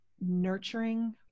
nurturing